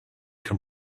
can